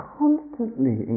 constantly